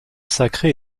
sacré